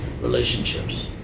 relationships